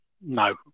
no